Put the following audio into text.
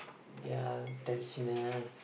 their President